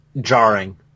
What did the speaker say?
jarring